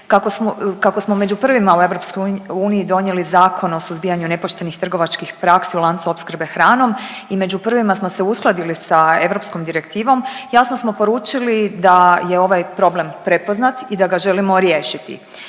kako smo među prvima u EU donijeli Zakon o suzbijanju nepoštenih trgovačkih praksi u lancu opskrbe hranom i među prvima smo se uskladili sa europskom direktivom jasno smo poručili da je ovaj problem prepoznat i da ga želimo riješiti.